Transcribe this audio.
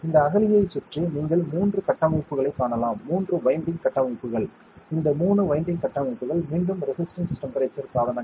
இந்த அகழியைச் சுற்றி நீங்கள் 3 கட்டமைப்புகளை காணலாம் 3 வைண்டிங் கட்டமைப்புகள் இந்த 3 பைண்டிங் கட்டமைப்புகள் மீண்டும் ரெசிஸ்டன்ஸ் டெம்பரேச்சர் சாதனங்கள்